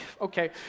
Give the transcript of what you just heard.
okay